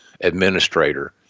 administrator